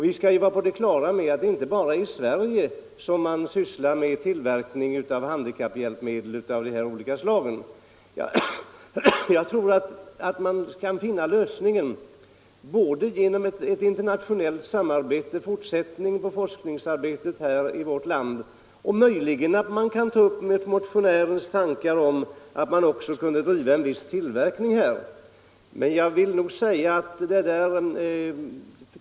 Vi skall vara på det klara med att det inte bara är i Sverige som man sysslar med tillverkning av handikapphjälpmedel av olika slag. Jag tror att man kan finna lösningen av denna fråga både genom ett internationellt samarbete och genom fortsättning av forskningsarbetet här i vårt land samt möjligen också genom att ta upp motionärens tanke på att bedriva viss tillverkning i vårt land.